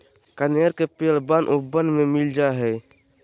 कनेर के पेड़ वन उपवन में मिल जा हई